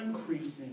increasing